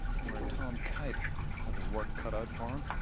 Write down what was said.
where tom kite has his work cut out for him.